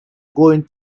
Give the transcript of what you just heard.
going